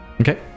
Okay